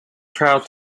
proud